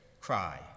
cry